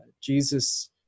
Jesus